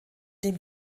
dem